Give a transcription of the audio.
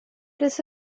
this